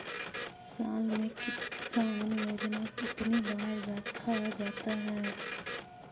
साल में किसान योजना कितनी बार रखा जाता है?